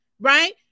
right